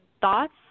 thoughts